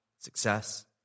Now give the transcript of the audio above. Success